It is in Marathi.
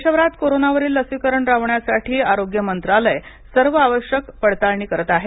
देशभरात कोरोनावरील लसीकरण राबवण्यासाठी आरोग्य मंत्रालय सर्व आवश्यक पडताळणी करत आहे